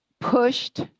pushed